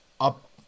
up